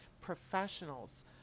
professionals